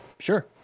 sure